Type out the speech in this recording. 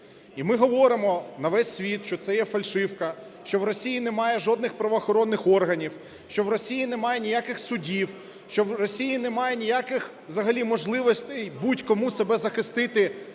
І ми говоримо на весь світ, що це є фальшивка, що в Росії немає жодних правоохоронних органів, що в Росії немає ніяких судів, що в Росії немає ніяких взагалі можливостей будь-кому себе захистити